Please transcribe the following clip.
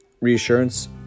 reassurance